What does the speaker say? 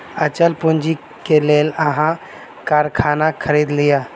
अचल पूंजी के लेल अहाँ कारखाना खरीद लिअ